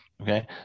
Okay